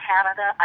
Canada